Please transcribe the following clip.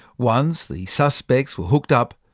once the suspects were hooked up,